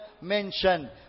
mentioned